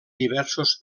diversos